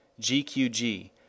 GQG